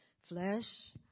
flesh